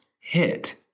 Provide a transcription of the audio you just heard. hit